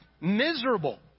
miserable